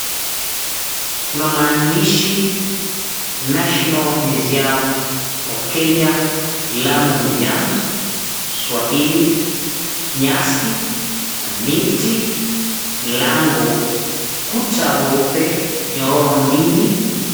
Kuna maandishi National Museums of Kenya, Lamu Museums, Swahili. Nyasi na miti, mlango, kuta weupe, nyororo mbili.